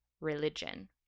religion